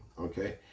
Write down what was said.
Okay